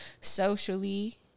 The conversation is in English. socially